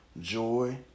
joy